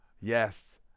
Yes